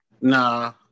Nah